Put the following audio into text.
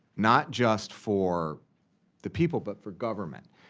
not just for the people, but for government.